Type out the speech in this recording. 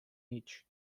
each